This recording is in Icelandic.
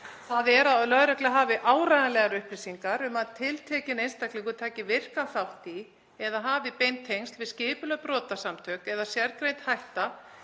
þ.e. að lögregla hafi áreiðanlegar upplýsingar um að tiltekinn einstaklingur taki virkan þátt í eða hafi bein tengsl við skipulögð brotasamtök eða að sérgreind hætta